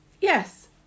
yes